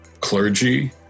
clergy